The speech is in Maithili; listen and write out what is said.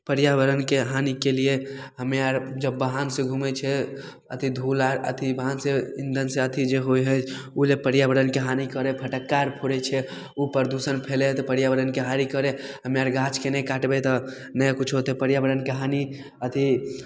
पर्यावरणके हानीकेलिये हमे आर जब बाहनसे घुमैत छियै अथी धूलआर अथी बाहनसे इन्धनसे अथी जे होइ हइ ओ जे पर्याबरणके हानी करे फटक्काआर फोड़ैत छियै प्रदूषण फैलै हइ तऽ पर्याबरणके हानी करे हइ हमे आर गाछके नहि काटबै तऽ नै कुछो हेतै पर्याबरणके हानी अथी